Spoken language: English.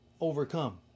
overcome